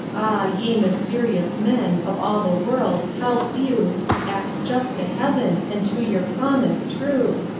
ah! ye mysterious men, of all the world, how few act just to heaven and to your promise true!